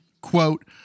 quote